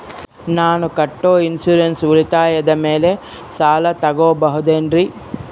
ನಾನು ಕಟ್ಟೊ ಇನ್ಸೂರೆನ್ಸ್ ಉಳಿತಾಯದ ಮೇಲೆ ಸಾಲ ತಗೋಬಹುದೇನ್ರಿ?